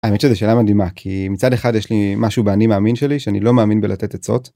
אני חושב שזו שאלה מדהימה כי מצד אחד יש לי משהו באני מאמין שלי, שאני לא מאמין בלתת עצות.